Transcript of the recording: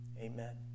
amen